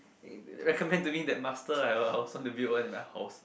recommend to me that master I also want to build one in my house